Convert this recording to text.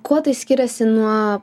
kuo tai skiriasi nuo